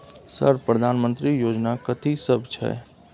Sir प्रधानमंत्री योजना कथि सब छै?